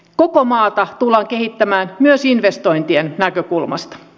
koko maata tullaan kehittämään myös investointien näkökulmasta